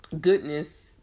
goodness